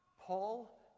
Paul